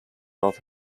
north